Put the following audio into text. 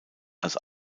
als